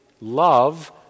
love